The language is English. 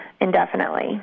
indefinitely